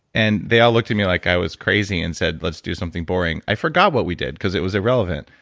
and they all looked at me like i was crazy and said, let's do something boring. i forgot what we did because it was irrelevant.